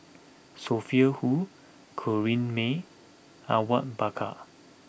Sophia Hull Corrinne May Awang Bakar